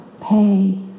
Pay